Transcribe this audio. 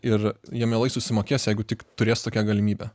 ir jie mielai susimokės jeigu tik turės tokią galimybę